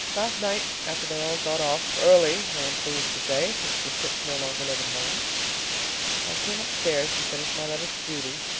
last night, after they all got off early, i am pleased to say, since the chicks no longer live at home i came upstairs and finished my letter to judy,